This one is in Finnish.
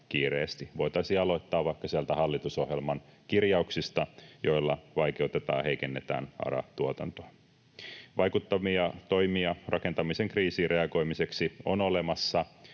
kiireesti. Voitaisiin aloittaa vaikka niistä hallitusohjelman kirjauksista, joilla vaikeutetaan ja heikennetään ARA-tuotantoa. Vaikuttavia toimia rakentamisen kriisiin reagoimiseksi on olemassa,